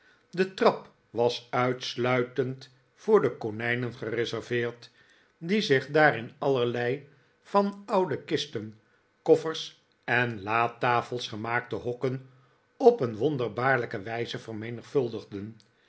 de trap was uitsluitend voor de konijnen gereserveerd die zich daar in allerlei van oude kisten koffers en latafels gemaakte hokken op een wonderbaarlijke wijze vermenigvuldigden